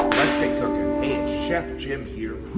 let's get cookin'. hey, it's chef jim here.